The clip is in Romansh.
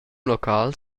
local